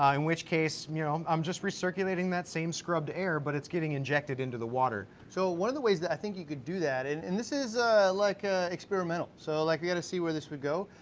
um which case i mean um i'm just recirculating that same scrubbed air, but it's getting injected into the water. so one of the ways that i think you could do that, and and this ah like ah experimental, so like we gotta see where this would go,